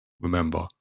remember